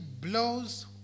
blows